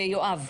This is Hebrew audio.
ביואב.